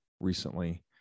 recently